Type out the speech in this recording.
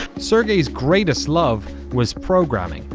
sergey's greatest love was programming.